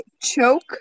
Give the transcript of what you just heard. Choke